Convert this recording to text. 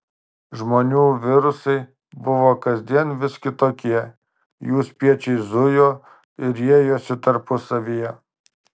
žmonių virusai buvo kasdien vis kitokie jų spiečiai zujo ir riejosi tarpusavyje